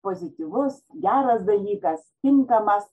pozityvus geras dalykas tinkamas